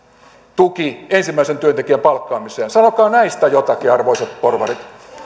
tuki ensimmäisen työntekijän palkkaamiseen sanokaa näistä jotakin arvoisat porvarit